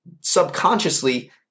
subconsciously